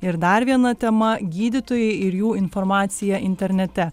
ir dar viena tema gydytojai ir jų informacija internete